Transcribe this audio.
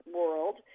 world